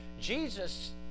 Jesus